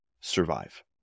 survive